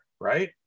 right